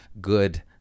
good